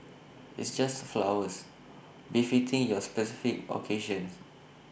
it's just flowers befitting your specific occasions